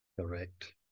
Correct